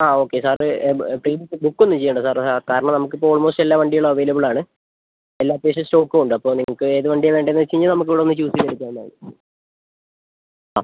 ആ okay sir book ഒന്നും ചെയ്യേണ്ട സാർ കാരണം നമുക്ക് ഇപ്പോൾ ഓൾമോസ്റ്റ് എല്ലാ വണ്ടികളും അവൈലബിൾ ആണ് എല്ലാം അത്യാവശ്യം സ്റ്റോക്ക് ഉണ്ട് അപ്പോൾ നിങ്ങൾക്ക് ഏത് വണ്ടിയാണ് വേണ്ടതെന്ന് വെച്ച് കഴിഞ്ഞാൽ നമുക്ക് ഇവിടെ വന്ന് ചൂസ് ചെയ്ത് എടുക്കാവുന്നതാണ് ആ